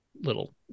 little